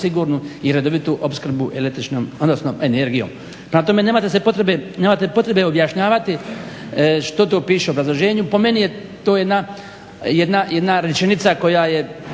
sigurnu i redovitu opskrbu energijom. Prema tome, nemate potrebe objašnjavati što to piše u obrazloženju. Po meni je to jedna rečenica koja je